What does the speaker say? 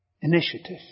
initiative